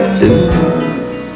lose